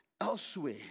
elsewhere